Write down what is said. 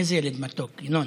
איזה ילד מתוק, ינון,